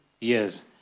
years